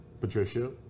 Patricia